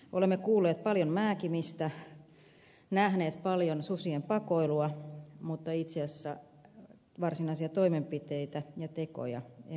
olemme kuulleet paljon määkimistä nähneet paljon susien pakoilua mutta itse asiassa varsinaisia toimenpiteitä ja tekoja emme ole nähneet